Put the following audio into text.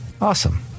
Awesome